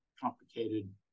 complicated